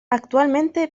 actualmente